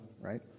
right